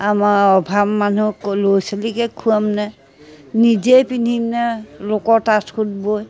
আমাৰ অভাৱ মানুহ ল'ৰা ছোৱালীকে খুৱাম নে নিজেই পিন্ধিম নে লোকৰ তাঁত সূত বৈ